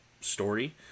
story